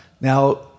Now